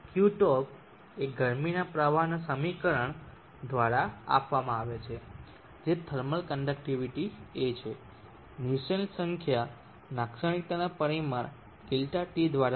Qtop એ ગરમીના પ્રવાહના સમીકરણ દ્વારા આપવામાં આવે છે જે થર્મલ કન્ડકટીવીટી A છે ન્યુસેલ્ટ સંખ્યા લાક્ષણિકતાના પરિમાણ ΔT દ્વારા છે